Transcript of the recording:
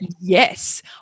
yes